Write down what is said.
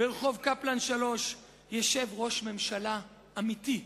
ברחוב קפלן 3 ישב ראש ממשלה אמיתי,